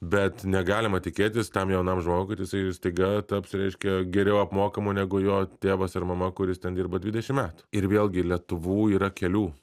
bet negalima tikėtis tam jaunam žmogui kad jisai staiga taps reiškia geriau apmokamu negu jo tėvas ir mama kuris ten dirbo dvidešim metų ir vėlgi lietuvų yra kelių